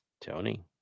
tony